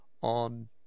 on